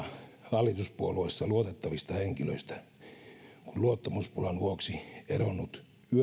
hallituspuolueissa luotettavista henkilöistä kun luottamuspulan vuoksi eronnut yön